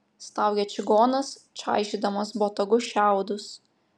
staugė čigonas čaižydamas botagu šiaudus